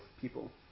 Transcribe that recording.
people